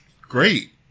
great